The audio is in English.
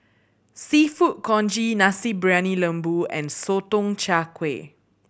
Seafood Congee Nasi Briyani Lembu and Sotong Char Kway